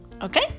okay